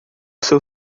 seu